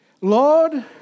Lord